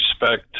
respect